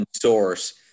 source